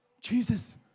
Jesus